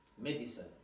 medicine